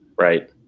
Right